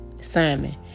Simon